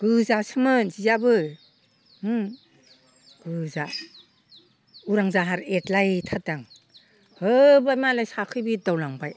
गोजासोमोन जियाबो गोजा उरां जाहार एरलायथारदां होबाय मालाय साखै बिरदावलांबाय